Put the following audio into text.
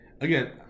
Again